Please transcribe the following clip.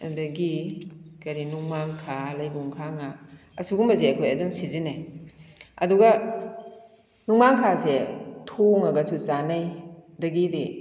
ꯑꯗꯒꯤ ꯀꯔꯤ ꯅꯣꯡꯃꯥꯡꯈꯥ ꯂꯩꯕꯨꯡ ꯈꯥꯡꯉꯥ ꯑꯁꯤꯒꯨꯝꯕꯁꯦ ꯑꯩꯈꯣꯏ ꯑꯗꯨꯝ ꯁꯤꯖꯤꯟꯅꯩ ꯑꯗꯨꯒ ꯅꯣꯡꯃꯥꯡꯈꯥꯁꯦ ꯊꯣꯡꯂꯒꯁꯨ ꯆꯥꯟꯅꯩ ꯑꯗꯒꯤꯗꯤ